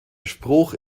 spruch